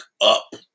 up